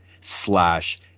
slash